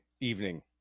evening